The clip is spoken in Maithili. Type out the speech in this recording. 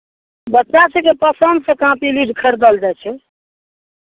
बच्चा सभके पसन्दसँ कॉपी लीड खरीदल जाइ छै